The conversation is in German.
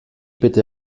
bitte